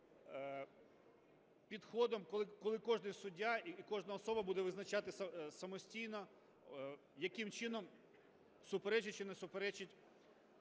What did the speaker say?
підходом, коли кожний суддя і кожна особа буде визначати самостійно, яким чином суперечить чи не суперечить